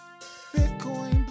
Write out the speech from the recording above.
Bitcoin